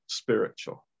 spiritual